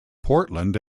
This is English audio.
portland